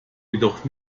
jedoch